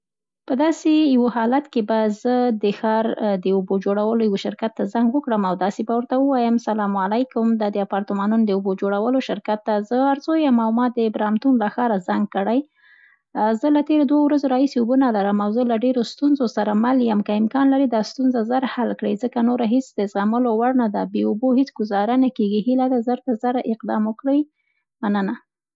په داسې یوه حالت کې به زه د خپل ښار د اوبو جوړلو یوه شرکت ته زنک وکړم او داسې به ورته ووایم: سلام علیکم! دا د اپارتمانونو د اوبو جوړولو شرکت ده؟ زه ارزو یم او ما د برمتون له ښاره زنګ کړی. زه له تېرو دوو ورځو راهیسې اوبه نه لرم او زه له ډېرو ستونزو سره مل یم، که امکان لري دا ستونزه زر حل کړې، ځکه نوره هېڅ د زغملو وړ نه ده، بې اوبو هېڅ ګوزاره نه کېږي، هیله ده زر تر زره اقدام وکړئ. مننه!